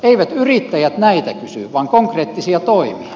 eivät yrittäjät näitä kysy vaan konkreettisia toimia